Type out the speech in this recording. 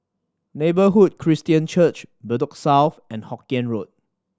Neighbourhood Christian Church Bedok South and Hokien Road